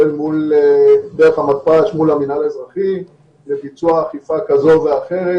אני פועל דרך המתפ"ש מול המנהל האזרחי לביצוע אכיפה כזו ואחרת,